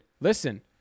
listen